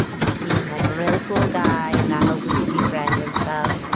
you seem like a really cool guy and i hope we can be friends and stuff.